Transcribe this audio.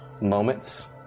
moments